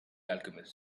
alchemist